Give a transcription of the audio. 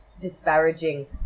disparaging